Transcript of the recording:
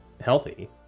healthy